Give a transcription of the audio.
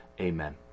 amen